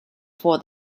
for